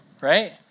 right